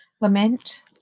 lament